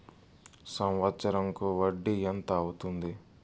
సంవత్సరం కు వడ్డీ ఎంత అవుతుంది?